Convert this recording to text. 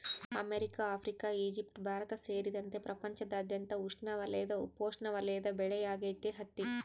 America Africa Egypt Bharat ಸೇರಿದಂತೆ ಪ್ರಪಂಚದಾದ್ಯಂತ ಉಷ್ಣವಲಯದ ಉಪೋಷ್ಣವಲಯದ ಬೆಳೆಯಾಗೈತಿ ಹತ್ತಿ